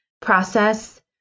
process